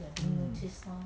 mm